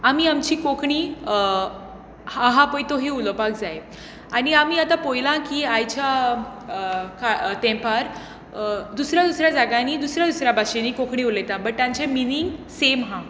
आमी आमची कोंकणी आसा पळय तशी उलोवपाक जाय आनी आमी आतां पळयलां की आयच्या काळ तेंपार दुसऱ्या दुसऱ्या जाग्यांनी दुसऱ्या दुसऱ्या भाशेनी कोंकणी उलयता बट तांचे मिनींग सेम आसा